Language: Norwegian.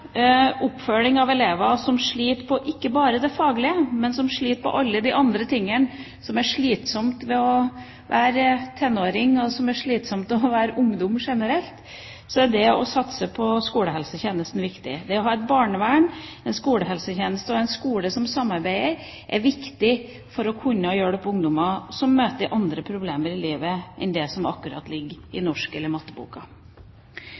oppfølging av elever som sliter med ikke bare det faglige, men med alle de andre tingene som er slitsomt ved å være tenåring, og som er slitsomt ved å være ungdom generelt, er det å satse på skolehelsetjenesten viktig. Det å ha et barnevern, en skolehelsetjeneste og en skole som samarbeider, er viktig for å kunne hjelpe ungdommer som møter andre problemer i livet enn det som akkurat ligger i